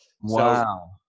Wow